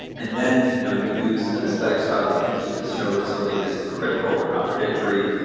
and then you know you use an aesthetic style of thinking to show that something is hypocritical or contradictory,